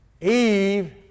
Eve